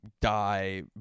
die